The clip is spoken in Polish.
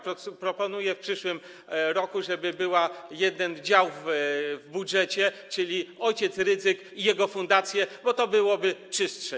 Proponuję, żeby w przyszłym roku był jeden dział w budżecie, czyli ojciec Rydzyk i jego fundacje, bo to byłoby czystsze.